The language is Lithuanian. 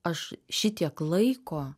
aš šitiek laiko